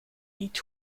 niet